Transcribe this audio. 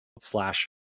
slash